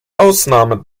ausnahme